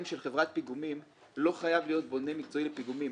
של חברת פיגומים לא חייב להיות בונה מקצועי לפיגומים.